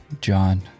John